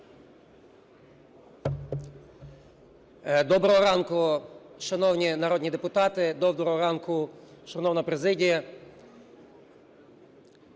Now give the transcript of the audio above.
Доброго ранку, шановні народні депутати! Доброго ранку, шановна президія!